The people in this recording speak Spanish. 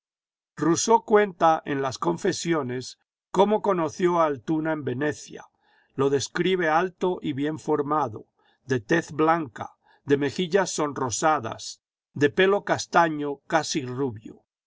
rousseau cuenta en las confesiones cómo conoció a altuna en venecia lo describe alto y bien formado de tez blanca de mejillas sonrosadas de pelo castaño casi rubio